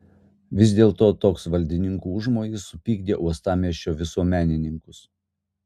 vis dėlto toks valdininkų užmojis supykdė uostamiesčio visuomenininkus